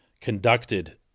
conducted